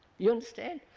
you understand